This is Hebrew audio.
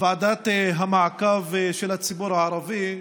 ועדת המעקב של הציבור הערבי,